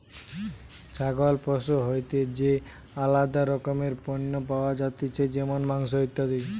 ছাগল পশু হইতে যে আলাদা রকমের পণ্য পাওয়া যাতিছে যেমন মাংস, ইত্যাদি